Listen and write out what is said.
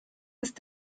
ist